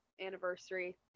anniversary